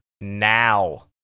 now